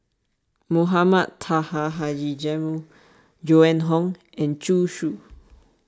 Mohamed Taha Haji Jamil Joan Hon and Zhu Xu